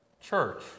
church